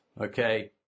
okay